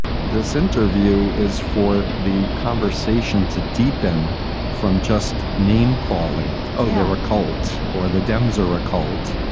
this interview is for the conversation to deepen from just name calling over a cult or the dems or a cult.